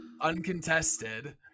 uncontested